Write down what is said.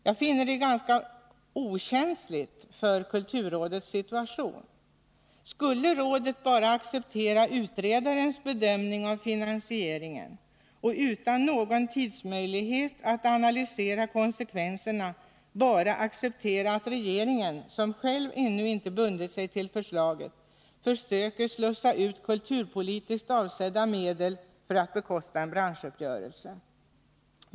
Jag tycker att detta tyder på okänslighet för kulturrådets situation. Skulle rådet bara acceptera utredarens bedömning av finansieringen och, utan någon tidsmässig möjlighet att analysera konsekvenserna, bara acceptera att regeringen, som själv ännu inte bundit sig för förslaget, försöker slussa ut kulturpolitiskt avsedda medel för att bekosta en branschuppgörelse?